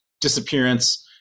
disappearance